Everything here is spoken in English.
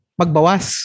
magbawas